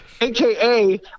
aka